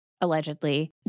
allegedly